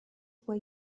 were